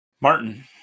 Martin